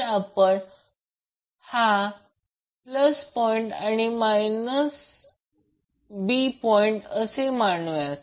तर आपण c हा प्लस पॉइंट आणि b मायनस पॉईंट असे मानू या